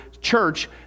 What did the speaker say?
church